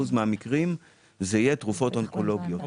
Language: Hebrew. מהמקרים זה יהיה תרופות אונקולוגיות,